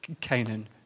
Canaan